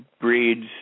breeds